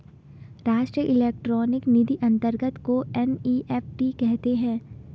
राष्ट्रीय इलेक्ट्रॉनिक निधि अनंतरण को एन.ई.एफ.टी कहते हैं